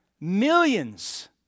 millions